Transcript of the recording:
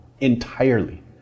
entirely